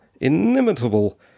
inimitable